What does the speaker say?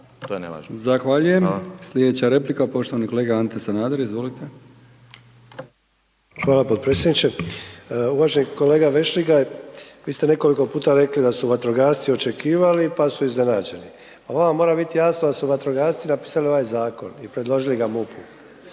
što je nejasno.